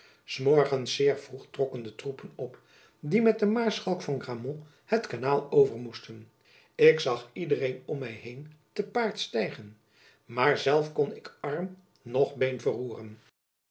s morgens zeer vroeg trokken de troepen op die met den maarschalk van grammont het kanaal over moesten ik zag iedereen om my heen te paard stijgen maar zelf kon ik arm noch been verroeren